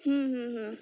হুম হুম হুম